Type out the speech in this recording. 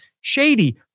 shady